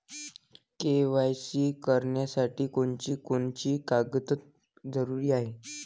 KYC करासाठी कोनची कोनची कागद जरुरी हाय?